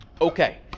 Okay